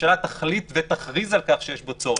הממשלה תחליט ותכריז על כך שיש בו צורך.